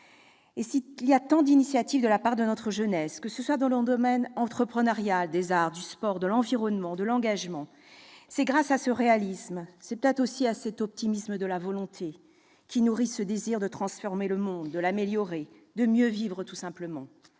S'il y a tant d'initiatives de la part de notre jeunesse, que ce soit dans les domaines de l'entreprise, des arts, du sport, de l'environnement ou de l'engagement, c'est grâce à ce réalisme et à cet optimisme de la volonté, qui nourrissent ce désir de transformer le monde, de l'améliorer, de mieux vivre tout simplement.